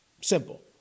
simple